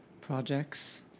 projects